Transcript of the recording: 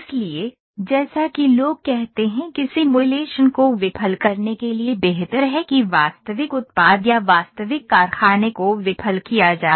इसलिए जैसा कि लोग कहते हैं कि सिमुलेशन को विफल करने के लिए बेहतर है कि वास्तविक उत्पाद या वास्तविक कारखाने को विफल किया जाए